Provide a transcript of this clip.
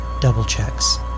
double-checks